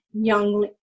young